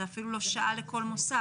זה אפילו לא שעה נוספת לכל מוסד.